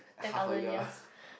ten thousand years